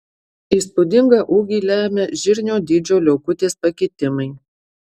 įspūdingą ūgį lemia žirnio dydžio liaukutės pakitimai